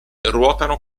ruotano